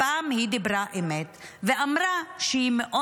הפעם היא דיברה אמת ואמרה שהיא מאוד